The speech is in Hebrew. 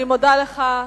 אני מודה לך.